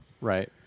Right